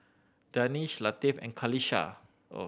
Danish Latif and Khalish